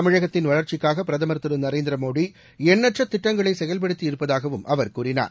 தமிழகத்தின் வளர்ச்சிக்காகபிரதமர் திருநரேந்திரமோடிஎண்ணற்றதிட்டங்களைசெயல்படுத்தியிருப்பதாகவும் அவர் கூறினார்